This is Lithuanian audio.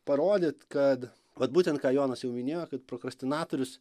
parodyt kad vat būtent ką jonas jau minėjo kad prokrastinatorius